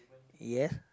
yes